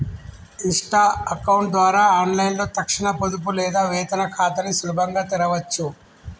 Insta account ద్వారా ఆన్లైన్లో తక్షణ పొదుపు లేదా వేతన ఖాతాని సులభంగా తెరవచ్చు